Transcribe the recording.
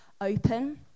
open